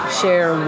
share